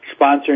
sponsoring